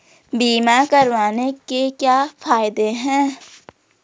बीमा करवाने के क्या फायदे हैं?